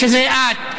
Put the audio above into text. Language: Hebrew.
שזה את,